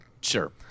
Sure